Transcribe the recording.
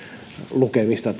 lukemista